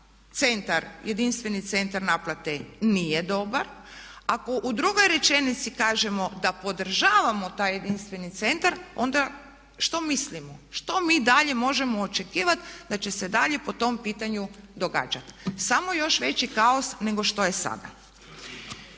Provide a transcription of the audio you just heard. centar, jedinstveni centar naplate nije dobar, ako u drugoj rečenici kažemo da podržavamo taj jedinstveni centar onda što mislimo, što mi dalje možemo očekivati da će se dalje po tom pitanju događati. Samo još veći kaos nego što je sada.